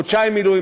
חודשיים מילואים,